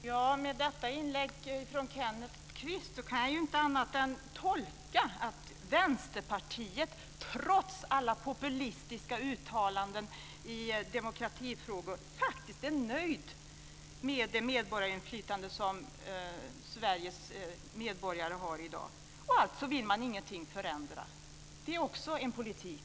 Fru talman! Detta inlägg från Kenneth Kvist kan jag inte tolka på annat sätt än att Vänsterpartiet, trots alla populistiska uttalanden i demokratifrågor, faktiskt är nöjt med det medborgarinflytande som Sveriges medborgare har i dag, och alltså vill man ingenting förändra. Det är också en politik.